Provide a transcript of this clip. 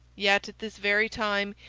yet, at this very time,